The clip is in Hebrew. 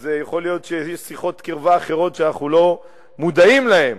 אז יכול להיות שיש שיחות קרבה אחרות שאנחנו לא מודעים להן.